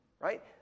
right